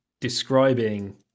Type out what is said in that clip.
describing